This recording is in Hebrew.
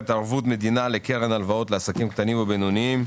ערבות מדינה לקרן הלוואות לעסקים קטנים ובינוניים.